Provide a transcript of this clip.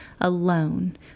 alone